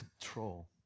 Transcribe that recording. control